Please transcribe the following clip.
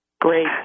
Great